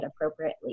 appropriately